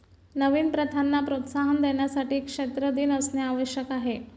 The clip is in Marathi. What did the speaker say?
नवीन प्रथांना प्रोत्साहन देण्यासाठी क्षेत्र दिन असणे आवश्यक आहे